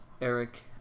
Eric